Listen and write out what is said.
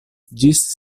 ĝis